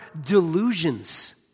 delusions